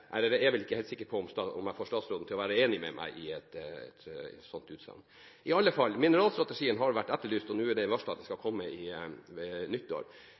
er vel ikke helt sikker på om jeg får statsråden til å være enig med meg i et sånt utsagn. I alle fall har mineralstrategien vært etterlyst, og nå er det varslet at den skal komme ved nyttår.